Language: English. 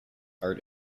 art